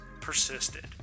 persisted